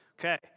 Okay